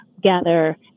gather